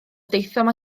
daethom